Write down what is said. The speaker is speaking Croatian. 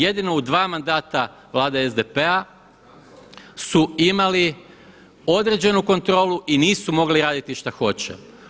Jedino u dva mandata Vlada SDP-a su imali određenu kontrolu i nisu mogli raditi šta hoće.